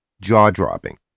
jaw-dropping